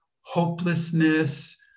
hopelessness